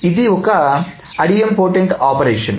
ఇది ఒక idempotent operation